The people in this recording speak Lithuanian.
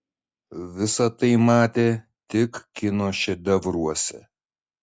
visa tai matė tik kino šedevruose